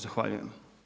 Zahvaljujem.